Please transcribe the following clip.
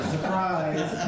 Surprise